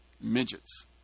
midgets